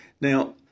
Now